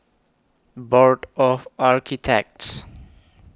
Board of Architects